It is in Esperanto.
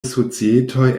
societoj